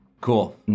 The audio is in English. Cool